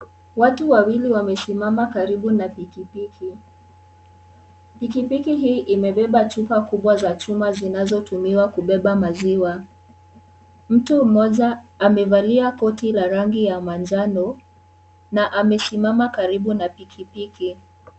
Watu wawili wamesimama karibu na pikipiki, pikipiki hii imebeba chupa kubwa za chuma zinazotumiwa kubeba maziwa, mtu mmoja amevalia koti la rangi ya manjano na amesimama karibu na pikipiki.